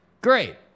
great